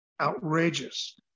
outrageous